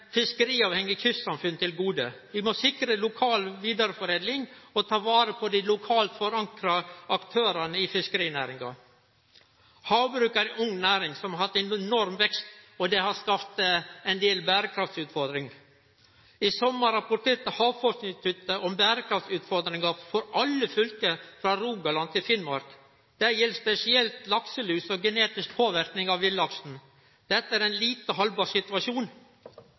fiskeriavhengige kystsamfunn til gode. Vi må sikre lokal vidareforedling og ta vare på dei lokalt forankra aktørane i fiskerinæringa. Havbruk er ei ung næring, som har hatt ein enorm auke, og det har skapt ein del berekraftutfordringar. I sommar rapporterte Havforskningsinstituttet om berekraftutfordringar for alle fylke, frå Rogaland til Finnmark. Det gjeld spesielt lakselus og genetisk påverknad av villaksen. Dette er ein lite haldbar situasjon.